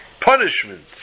punishment